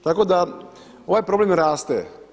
Tako da ovaj problem raste.